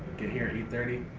get here at eight thirty,